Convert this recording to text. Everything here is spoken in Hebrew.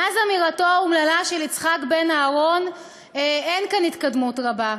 מאז אמירתו האומללה של יצחק בן-אהרון אין כאן התקדמות רבה,